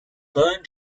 burn